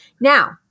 Now